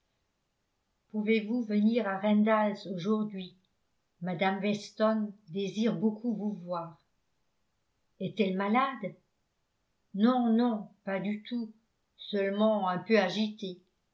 pouvez-vous venir à randalls aujourd'hui mme weston désire beaucoup vous voir est-elle malade non non pas du tout seulement un peu agitée